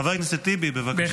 חבר הכנסת טיבי, בבקשה.